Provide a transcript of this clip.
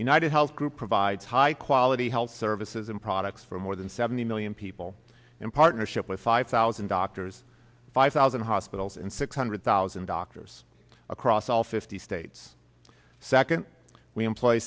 united health group provides high quality health services and products for more than seventy million people in partnership with five thousand doctors five thousand hospitals and six hundred thousand doctors across all fifty states second we employ